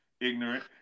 ignorant